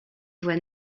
voie